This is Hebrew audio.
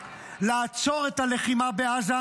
בעזה,